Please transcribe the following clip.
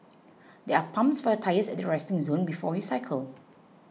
there are pumps for your tyres at the resting zone before you cycle